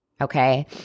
okay